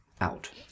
out